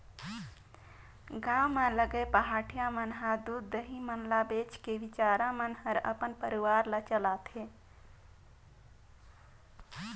गांव म लगे पहाटिया मन ह दूद, दही मन ल बेच के बिचारा मन हर अपन परवार ल चलाथे